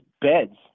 beds